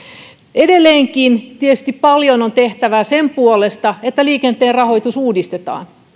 edelleenkin tietysti paljon on tehtävää sen puolesta että liikenteen rahoitus uudistetaan